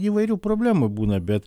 įvairių problemų būna bet